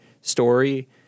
story